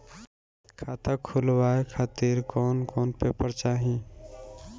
खाता खुलवाए खातिर कौन कौन पेपर चाहीं?